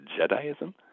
Jediism